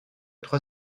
trois